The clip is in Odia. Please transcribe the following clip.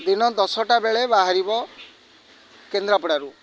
ଦିନ ଦଶଟା ବେଳେ ବାହାରିବ କେନ୍ଦ୍ରାପଡ଼ାରୁ